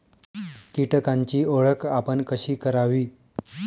कीटकांची ओळख आपण कशी करावी?